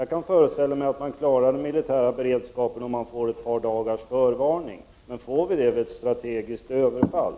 Jag kan föreställa mig att man klarar den militära beredskapen om man får ett par dagars förvarning. Men får vi det vid ett strategiskt överfall?